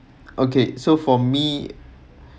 okay so for me